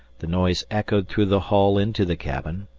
the noise echoed through the hull into the cabin,